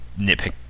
nitpick